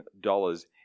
dollars